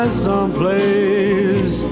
someplace